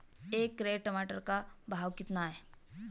एक कैरेट टमाटर का भाव कितना है?